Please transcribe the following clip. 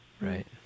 Right